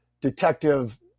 detective